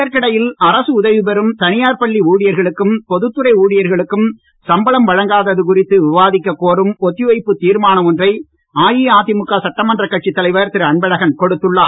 இதற்கிடையில் அரசு உதவி பெறும் தனியார் பள்ளி ஊழியர்களுக்கும் பொதுத் துறை ஊழியர்களுக்கும் சம்பளம் வழங்காதது குறித்து விவாதிக்கக் கோரும் ஒத்திவைப்புத் தீர்மானம் ஒன்றை அஇஅதிமுக சட்டமன்ற கட்சித் தலைவர் திரு அன்பழகன் கொடுத்துள்ளார்